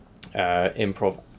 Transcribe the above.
improv